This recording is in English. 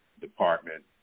department